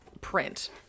print